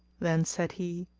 then said he,